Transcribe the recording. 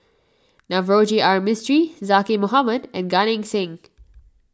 Navroji R Mistri Zaqy Mohamad and Gan Eng Seng